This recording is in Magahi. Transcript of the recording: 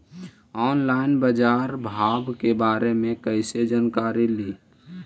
ऑनलाइन बाजार भाव के बारे मे कैसे जानकारी ली?